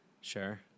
Sure